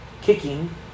Kicking